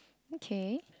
okay